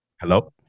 Hello